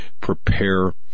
prepare